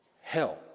Hell